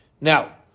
now